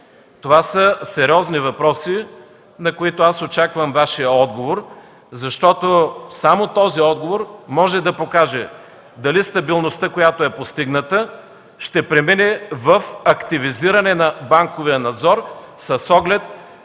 Това са сериозни въпроси, на които очаквам Вашия отговор, защото само този отговор може да покаже дали стабилността, която е постигната, ще премине в активизиране на банковия надзор с оглед